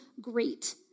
great